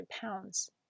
pounds